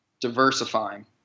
diversifying